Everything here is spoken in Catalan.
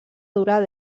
durar